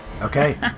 Okay